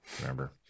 remember